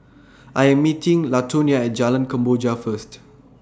I Am meeting Latonia At Jalan Kemboja First